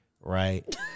right